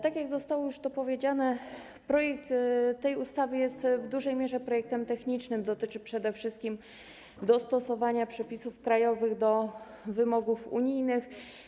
Tak, jak zostało już to powiedziane, projekt tej ustawy jest w dużej mierze projektem technicznym, dotyczy przede wszystkim dostosowania przepisów krajowych do wymogów unijnych.